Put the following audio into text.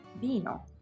vino